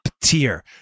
tier